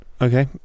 Okay